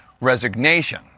resignation